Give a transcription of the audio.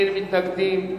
אין מתנגדים,